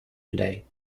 today